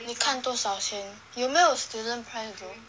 看多少先有没有 student price though